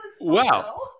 Wow